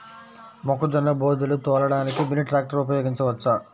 మొక్కజొన్న బోదెలు తోలడానికి మినీ ట్రాక్టర్ ఉపయోగించవచ్చా?